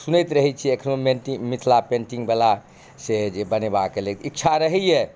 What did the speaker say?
सुनैत रहय छियै एखनोमे मिथिला पेन्टिंगवला से जे बनेबाक लेल इच्छा रहैये